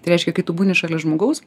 tai reiškia kai tu būni šalia žmogaus